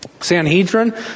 Sanhedrin